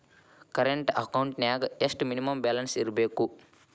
Current ಅಕೌಂಟೆಂನ್ಯಾಗ ಎಷ್ಟ minimum balance ಇರ್ಬೇಕು?